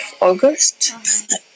august